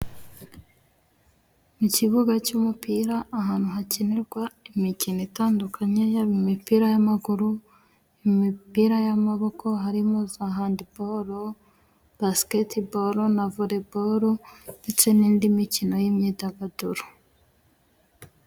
Mu kibuga cy'umupira ahantu hakinirwa imikino itandukanye, yaba imipira y'amaguru, imipira y'amaboko harimo za handiboro, basiketiboro, na voreboro ndetse n'indi mikino y'imyidagaduro.